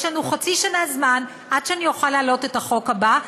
יש לנו זמן חצי שנה עד שאני אוכל להעלות את החוק הבא,